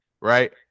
right